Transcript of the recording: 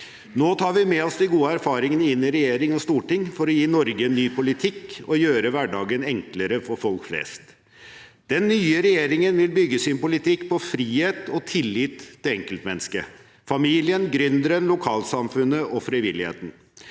Nå tar vi med oss de gode erfaringene inn i regjering og storting for å gi Norge en ny politikk og gjøre hverdagen enklere for folk flest. Den nye regjeringen vil bygge sin politikk på frihet og tillit til enkeltmennesket, familien, gründeren, lokalsamfunnet og frivilligheten.